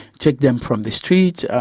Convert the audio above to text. take them from the streets,